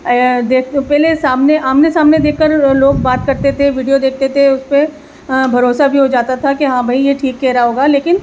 پہلے سامنے آمنے سامنے دیکھ کر لوگ بات کرتے تھے ویڈیو دیکھتے تھے اس پہ بھروسہ بھی ہو جاتا تھا کہ ہاں بھائی یہ ٹھیک کہہ رہا ہوگا لیکن